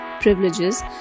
privileges